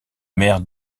maire